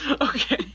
Okay